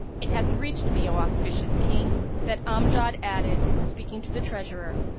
it hath reached me, o auspicious king, that amjad added, speaking to the treasurer,